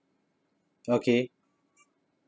okay